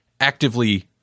actively